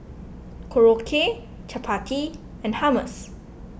Korokke Chapati and Hummus